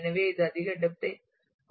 எனவே இது அதிக டெப்த் ஐ கொண்டுள்ளது